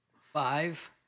five